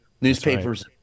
Newspapers